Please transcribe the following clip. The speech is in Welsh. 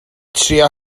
trio